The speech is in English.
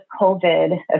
COVID